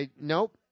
Nope